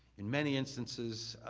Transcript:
in many instances,